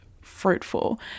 fruitful